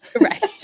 Right